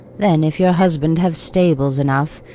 then, if your husband have stables enough,